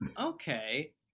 Okay